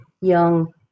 young